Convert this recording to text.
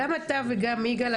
גם אתה וגם יגאל,